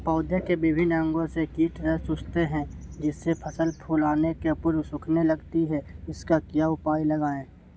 पौधे के विभिन्न अंगों से कीट रस चूसते हैं जिससे फसल फूल आने के पूर्व सूखने लगती है इसका क्या उपाय लगाएं?